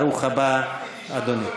ברוך הבא, אדוני.